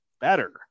better